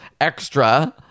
extra